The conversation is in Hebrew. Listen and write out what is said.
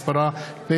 2016,